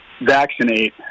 vaccinate